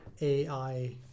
AI